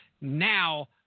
now –